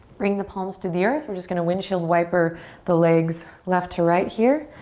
bring the palms to the earth. we're just gonna windshield wiper the legs left to right here.